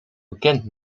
bekend